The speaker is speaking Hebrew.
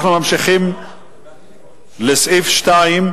אנחנו ממשיכים לסעיף 2,